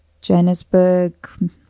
Johannesburg